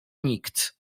nikt